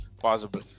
possible